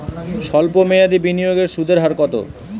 সল্প মেয়াদি বিনিয়োগের সুদের হার কত?